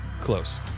Close